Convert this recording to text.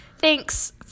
Thanks